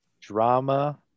drama